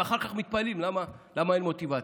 ואחר כך מתפלאים למה אין מוטיבציה,